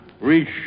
reach